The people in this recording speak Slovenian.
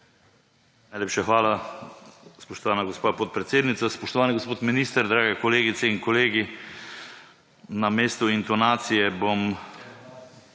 Najlepša hvala, spoštovana gospa podpredsednica. Spoštovani gospod minister, drage kolegice in kolegi! Namesto intonacije bom